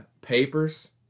papers